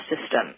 system